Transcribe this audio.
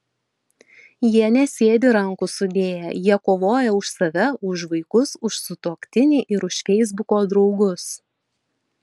jie nesėdi rankų sudėję jie kovoja už save už vaikus už sutuoktinį ir už feisbuko draugus